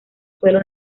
suelo